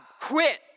quit